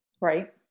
Right